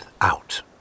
out